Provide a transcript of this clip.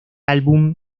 álbum